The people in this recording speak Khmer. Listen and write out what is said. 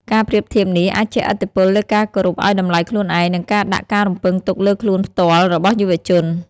ការប្រៀបធៀបនេះអាចជះឥទ្ធិពលលើការគោរពឱ្យតម្លៃខ្លួនឯង និងការដាក់ការរំពឹងទុកលើខ្លួនផ្ទាល់របស់យុវជន។